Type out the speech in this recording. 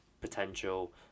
potential